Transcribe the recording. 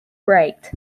great